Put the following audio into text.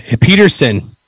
Peterson